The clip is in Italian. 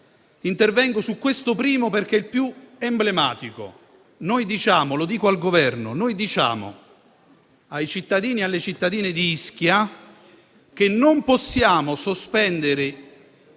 Intervengo su questo emendamento perché è il più emblematico. Faccio notare al Governo che noi diciamo ai cittadini e alle cittadine di Ischia che non possiamo sospendere